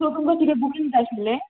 so तुमकां किदें booking जाय आशिल्लें